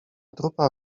trupa